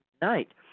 tonight